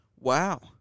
Wow